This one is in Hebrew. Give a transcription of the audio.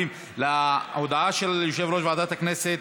חבר הכנסת יואל חסון, חברת הכנסת